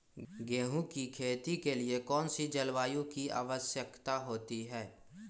गेंहू की खेती के लिए कौन सी जलवायु की आवश्यकता होती है?